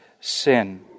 sin